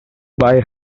buy